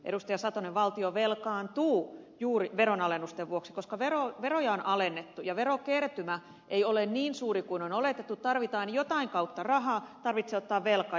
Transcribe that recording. satonen valtio velkaantuu juuri veronalennusten vuoksi koska veroja on alennettu ja verokertymä ei ole niin suuri kuin on oletettu tarvitaan jotain kautta rahaa tarvitsee ottaa velkaa